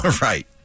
Right